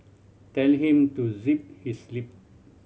tell him to zip his lip